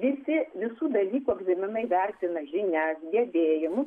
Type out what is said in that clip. visi visų dalykų egzaminai vertina žinias gebėjimus